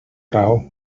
raó